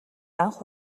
анх